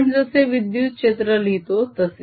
आपण जसे विद्युत क्षेत्र लिहितो तसे